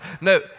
No